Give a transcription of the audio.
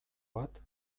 bat